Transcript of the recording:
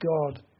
God